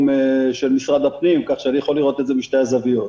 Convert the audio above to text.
של משרד הפנים כך שאני יכול לראות את זה משתי הזוויות.